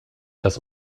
dass